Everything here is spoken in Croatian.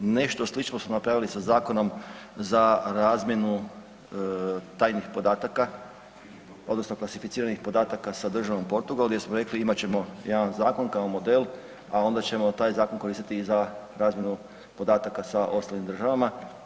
Nešto slično smo napravili sa Zakonom za razmjenu tajnih podataka odnosno klasificiranih podataka sa državom Portugal gdje smo rekli imat ćemo jedan zakon kao model, a onda ćemo taj zakon koristiti i za razmjenu podataka sa ostalim državama.